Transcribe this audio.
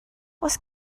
oes